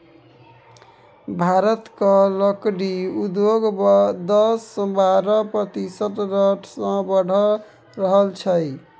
भारतक लकड़ी उद्योग दस सँ बारह प्रतिशत रेट सँ बढ़ि रहल छै